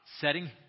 setting